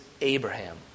Abraham